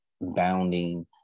bounding